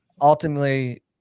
ultimately